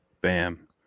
Bam